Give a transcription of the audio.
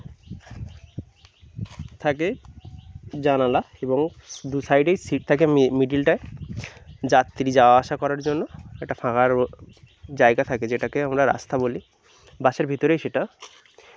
থাকে জানালা এবং দু সাইডেই সিট থাকে মি মিডিলটায় যাত্রী যাওয়া আসা করার জন্য একটা ফাঁকা রো জায়গা থাকে যেটাকে আমরা রাস্তা বলি বাসের ভিতরেই সেটা